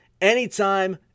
anytime